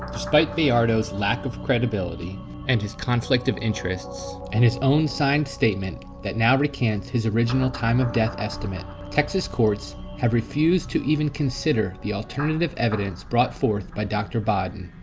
despite bayardo's lack of credibility and his conflict of interests and his own signed statement that now recants his original time of death estimate texas courts have refused to even consider the alternative evidence brought fourth by doctor baden.